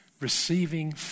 receiving